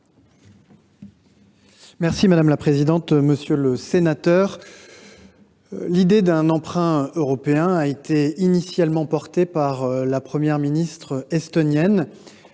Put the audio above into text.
le ministre délégué. Monsieur le sénateur, l’idée d’un emprunt européen a été initialement portée par la Première ministre estonienne.